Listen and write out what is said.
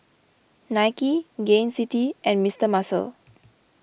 Nike Gain City and Mister Muscle